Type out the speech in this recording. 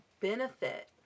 benefit